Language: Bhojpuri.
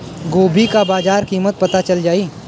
गोभी का बाजार कीमत पता चल जाई?